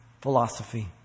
philosophy